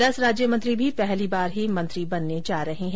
दस राज्य मंत्री भी पहली बार ही मंत्री बनने जा रहे है